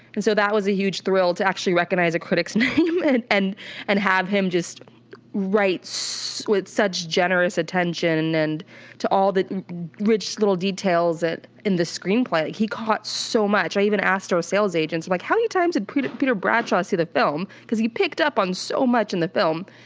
and so that was a huge thrill to actually recognize a critics name, and and and have him just write with such generous attention and to all the rich little details in the screenplay. he caught so much. i even asked our sales agents, i'm like, how many times did peter peter bradshaw see the film? because, he picked up on so much in the film.